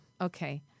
Okay